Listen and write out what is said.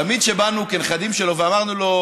תמיד כשבאנו כנכדים שלו ואמרנו לו,